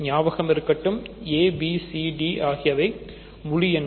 ஞாபகம் இருக்கட்டும் abc மற்றும் d ஆகியவை முழு எண்கள்